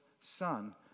son